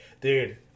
dude